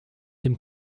dem